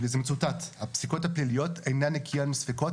וזה מצוטט: הפסיקות הפליליות אינה נקייה מספקות,